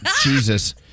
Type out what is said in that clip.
Jesus